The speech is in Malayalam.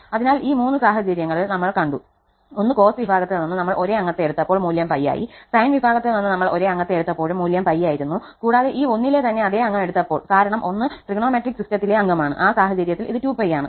അതിനാൽ ഈ മൂന്ന് സാഹചര്യങ്ങൽ നമ്മള് കണ്ടു ഒന്ന് കോസ് വിഭാഗത്തിൽ നിന്ന് നമ്മൾ ഒരേ അംഗത്തെ എടുത്തപ്പോൾ മൂല്യം 𝜋 ആയി സൈൻ വിഭാഗത്തിൽ നിന്ന് നമ്മൾ ഒരേ അംഗത്തെ എടുത്തപ്പോഴും മൂല്യം 𝜋 ആയിരുന്നു കൂടാതെ ഈ 1 ലെ തന്നെ അതേ അംഗം എടുത്തപ്പോൾ കാരണം ഒന്ന് ട്രയഗണോമെട്രിക് സിസ്റ്റത്തിലെ അംഗമാണ് ആ സാഹചര്യത്തിൽ ഇത് 2𝜋 ആണ്